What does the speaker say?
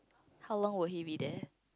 how long will he be there